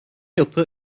yapı